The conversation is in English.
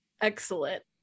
Excellent